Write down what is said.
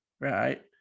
right